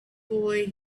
boy